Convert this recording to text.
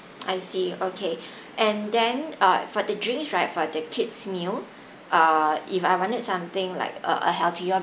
I see okay and then uh for the drinks right for the kids meal uh if I wanted something like uh a healthier